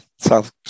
south